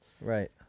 right